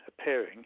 appearing